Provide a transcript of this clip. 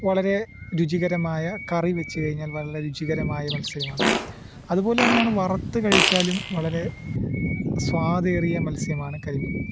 വളരെ രുചികരമായ കറി വെച്ചു കഴിഞ്ഞാൽ വളരെ രുചികരമായ മത്സ്യമാണ് അതുപോലെ തന്നെയാണ് വറുത്തു കഴിച്ചാലും വളരെ സ്വാദേറിയ മത്സ്യമാണ് കരിമീൻ